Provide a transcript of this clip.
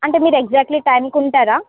అంటే మీరు ఎగ్జాక్ట్లీ టైంకి ఉంటారా